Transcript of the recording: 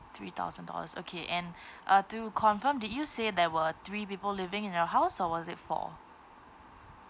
three thousand dollars okay and uh to confirm did you say there were three people living in your house or was it four